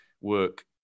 work